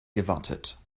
gewartet